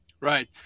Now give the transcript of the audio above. Right